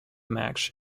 match